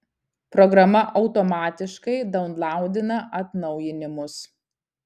programa automatiškai daunlaudina atnaujinimus